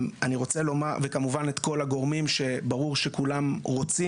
וכמובן את כל הגורמים שברור שכולם רוצים